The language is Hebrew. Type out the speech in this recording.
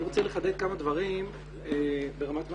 אני רוצה לחדד כמה דברים ברמת מקרו.